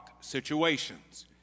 situations